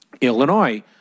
Illinois